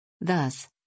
Thus